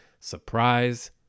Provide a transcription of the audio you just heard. surprise